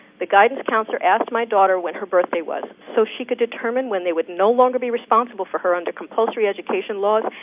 the guidance counselor asked my daughter when her birthday was, so she could determine when they would no longer be responsible for her under the compulsory education laws,